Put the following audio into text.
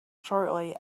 shortly